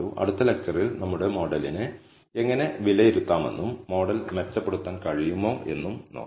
അടുത്ത ലെക്ച്ചറിൽ നമ്മളുടെ മോഡലിനെ എങ്ങനെ വിലയിരുത്താമെന്നും മോഡൽ മെച്ചപ്പെടുത്താൻ കഴിയുമോ എന്നും നോക്കാം